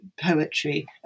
poetry